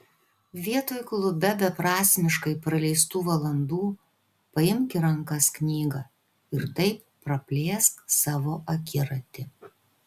vietoj klube beprasmiškai praleistų valandų paimk į rankas knygą ir taip praplėsk savo akiratį